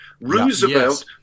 Roosevelt